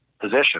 position